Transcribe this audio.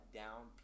down